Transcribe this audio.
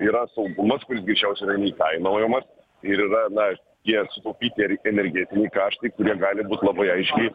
yra saugumas kuris greičiausia yra neįkainojamas ir yra na tie sutaupyti ir energetiniai kaštai kurie gali būt labai aiškiai